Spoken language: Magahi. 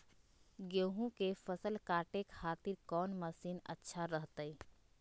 गेहूं के फसल काटे खातिर कौन मसीन अच्छा रहतय?